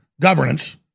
governance